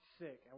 sick